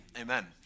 Amen